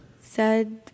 Sad